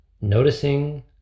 Noticing